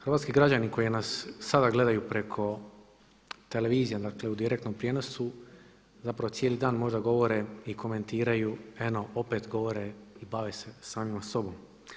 Hrvatski građani koji nas sada gledaju preko televizije u direktnom prijenosu, zapravo cijeli dan možda govore i komentiraju eno opet govore i bave se samima sobom.